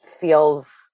feels